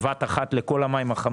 אם אתה פותח בבת אחת את כל המים החמים,